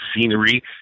scenery